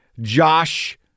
Josh